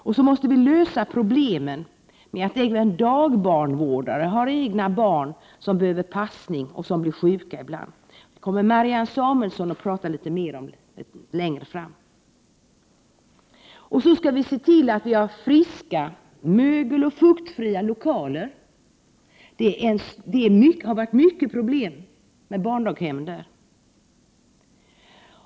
Och så måste vi lösa problemen med att dagbarnvårdare har egna barn som behöver passning och som ibland blir sjuka. Det kommer Marianne Samuelsson att prata litet mer om längre fram. Vidare skall vi se till att vi har friska, mögeloch fuktfria lokaler. Det har varit mycket problem på barndaghemmen med sådant.